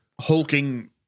hulking